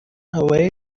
away